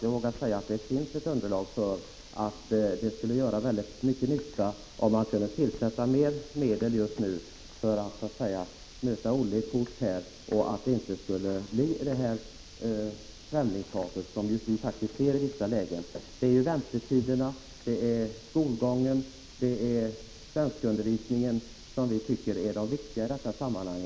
Jag tror att det finns underlag för mitt påstående att det skulle göra mycket stor nytta om man just nu avsatte större medel för att så att säga möta Olle i grind och därmed kunde förebygga det främlingshat som vi faktiskt ser i vissa lägen. Det är frågorna om väntetiderna, skolgången och svenskundervisningen som vi tycker är de viktiga i detta sammanhang.